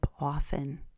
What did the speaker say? often